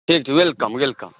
ठीक छै welcome welcome